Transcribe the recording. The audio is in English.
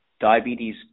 diabetes